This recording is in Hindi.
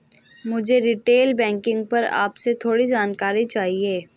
मुझे रीटेल बैंकिंग पर आपसे थोड़ी जानकारी चाहिए